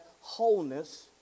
wholeness